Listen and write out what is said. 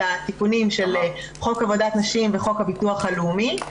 התיקונים של חוק עבודת נשים וחוק הביטוח הלאומי,